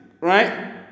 right